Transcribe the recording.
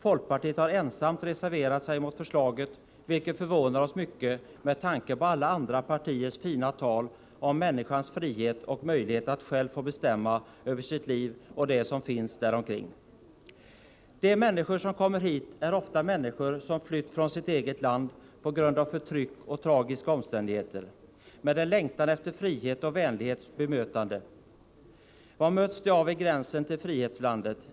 Folkpartiet har ensamt reserverat sig mot förslaget, vilket förvånar oss mycket med tanke på alla andra partiers fina tal om människans frihet och möjlighet att själv få bestämma över sitt liv och det som finns där omkring. De människor som kommer hit är ofta människor som flytt från sitt eget land på grund av förtryck och tragiska omständigheter, de kommer med en längtan efter frihet och vänligt bemötande. Vad möts de av vid gränsen till frihetslandet?